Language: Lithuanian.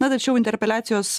na tačiau interpeliacijos